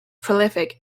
prolific